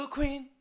Queen